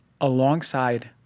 alongside